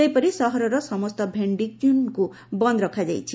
ସେହିପରି ସହରର ସମସ୍ତ ଭେଶିଂଜୋନ୍କୁ ବନ୍ଦ ରଖାଯାଇଛି